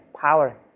power